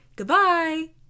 Goodbye